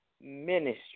Ministry